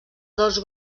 dos